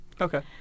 Okay